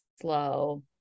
slow